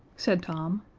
said tom,